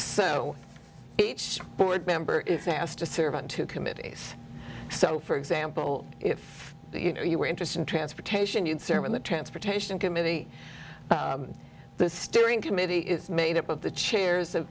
each board member is asked to serve on two committees so for example if you were interested in transportation you'd serve in the transportation committee the steering committee is made up of the chairs of